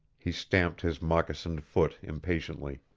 he stamped his moccasined foot impatiently.